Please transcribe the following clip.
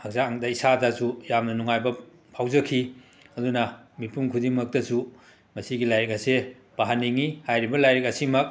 ꯍꯛꯆꯥꯡꯗ ꯏꯁꯥꯗꯁꯨ ꯌꯥꯝꯅ ꯅꯨꯡꯉꯥꯏꯕ ꯐꯥꯎꯖꯈꯤ ꯑꯗꯨꯅ ꯃꯤꯄꯨꯡ ꯈꯨꯗꯤꯡꯃꯛꯇꯁꯨ ꯃꯁꯤꯒꯤ ꯂꯥꯏꯔꯤꯛ ꯑꯁꯦ ꯄꯥꯍꯟꯅꯤꯡꯏ ꯍꯥꯏꯔꯤꯕ ꯂꯥꯏꯔꯤꯛ ꯑꯁꯤꯃꯛ